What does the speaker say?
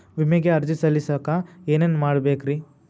ವಿಮೆಗೆ ಅರ್ಜಿ ಸಲ್ಲಿಸಕ ಏನೇನ್ ಮಾಡ್ಬೇಕ್ರಿ?